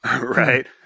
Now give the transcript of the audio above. right